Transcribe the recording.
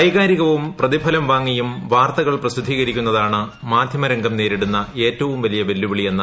വൈകാരികവും പ്രതിഫലം വാങ്ങിയും വാർത്തകൾ പ്രസിദ്ധീകരിക്കുന്നതാണ് മാധ്യമരംഗം നേരിടുന്ന ഉപരാപ്രഷ്ടപതി ഏറ്റവും വലിയ വെല്ലുവിളിയെന്ന് എം